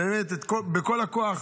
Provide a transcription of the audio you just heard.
באמת בכל הכוח,